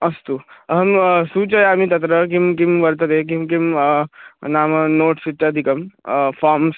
अस्तु अहं सूचयामि तत्र किं किं वर्तते किं किं नाम नोट्स् इत्यादिकं फ़ाम्स्